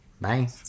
Bye